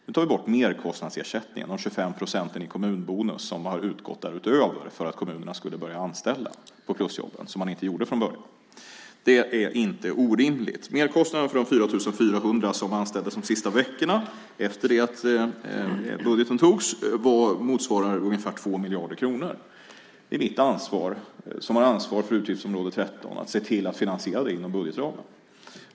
Nu tar vi bort merkostnadsersättningen, de 25 procenten i kommunbonus, som har utgått utöver kostnaden för att kommunerna skulle börja anställa i plusjobben, vilket man inte gjorde från början. Det är inte orimligt. Merkostnaden för de 4 400 som anställdes under de sista veckorna, efter det att budgeten antogs, motsvarar ungefär 2 miljarder kronor. Det är mitt ansvar, eftersom jag har ansvar för utgiftsområde 13, att se till att finansiera det inom budgetramarna.